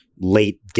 late